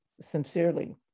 sincerely